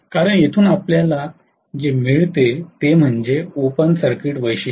कारण येथून आपल्याला जे मिळते ते म्हणजे ओपन सर्किट वैशिष्ट्ये